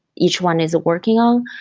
each one is working on,